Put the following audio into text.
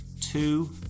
Two